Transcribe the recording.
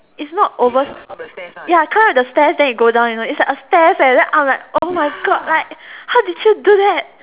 it's not over ya climb up the stairs then it go down you know it's like a stairs eh then I'm oh my god how did you do that